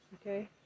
okay